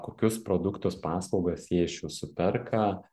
kokius produktus paslaugas jie iš jūsų perka